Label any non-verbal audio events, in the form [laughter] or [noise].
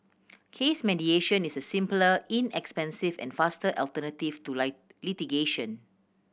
case mediation is a simpler inexpensive and faster alternative to [unintelligible] litigation